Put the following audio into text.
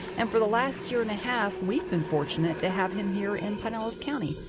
and for the last year and a half, we've been fortunate to have him here in pinellas county,